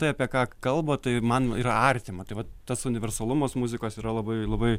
tai apie ką kalba tai man yra artima tai va tas universalumas muzikos yra labai labai